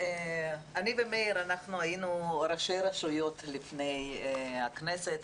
אני ומאיר היינו ראשי רשויות לפני הכנסת,